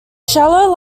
shallow